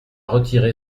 retiré